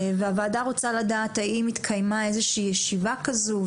והוועדה רוצה לדעת האם התקיימה איזו שהיא ישיבה כזו,